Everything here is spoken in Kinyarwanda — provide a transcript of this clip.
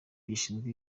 gishinzwe